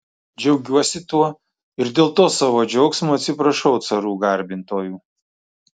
džiaugiuosi tuo ir dėl to savo džiaugsmo atsiprašau carų garbintojų